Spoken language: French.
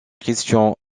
christian